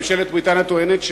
ממשלת בריטניה טוענת,